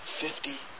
fifty